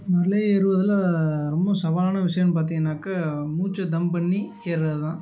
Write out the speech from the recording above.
மலை ஏறுவதில் ரொம்ப சவாலான விஷயோன்னு பார்த்திங்கன்னாக்க மூச்சை தம் பண்ணி ஏர்றது தான்